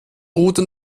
route